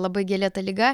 labai gėlėta liga